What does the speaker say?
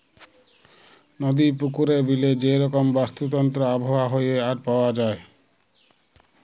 নদি, পুকুরে, বিলে যে রকম বাস্তুতন্ত্র আবহাওয়া হ্যয়ে আর পাওয়া যায়